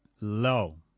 low